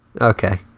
Okay